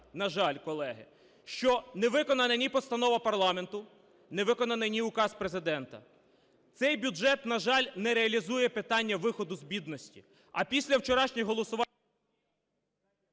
на жаль, колеги, що не виконана ні постанову парламенту, не виконаний ні указ Президента. Цей бюджет, на жаль, не реалізує питання виходу з бідності.